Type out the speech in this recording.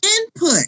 input